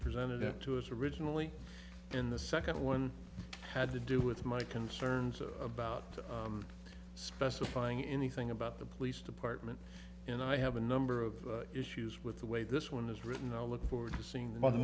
presented it to us originally in the second one had to do with my concerns about specifying anything about the police department and i have a number of issues with the way this one is written i look forward to seeing the